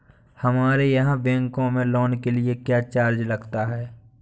हमारे यहाँ बैंकों में लोन के लिए क्या चार्ज लगता है?